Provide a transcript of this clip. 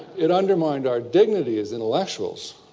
it undermined our dignity as intellectuals.